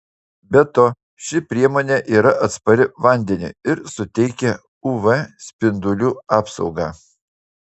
be to ši priemonė yra atspari vandeniui ir suteikia uv spindulių apsaugą